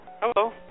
Hello